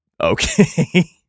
Okay